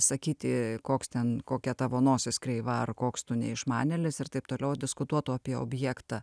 sakyti koks ten kokia tavo nosis kreiva ar koks tu neišmanėlis ir taip toliau o diskutuotų apie objektą